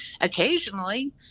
Occasionally